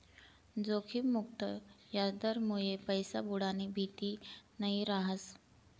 जोखिम मुक्त याजदरमुये पैसा बुडानी भीती नयी रहास